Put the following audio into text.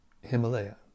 Himalaya